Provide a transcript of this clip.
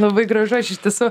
labai gražu aš iš tiesų